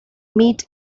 meet